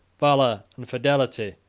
valor, and fidelity,